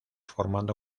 formando